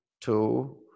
two